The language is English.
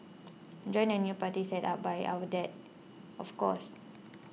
join the new party set up by our dad of course